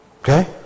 Okay